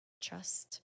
trust